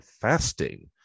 fasting